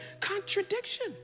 contradiction